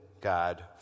God